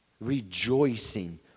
rejoicing